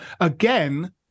again